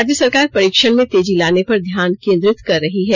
राज्य सरकार परीक्षण में तेजी लाने पर ध्यान केन्द्रित कर रही है